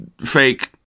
fake